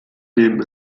nehmen